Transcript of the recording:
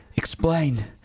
explain